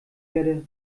werde